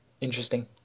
Interesting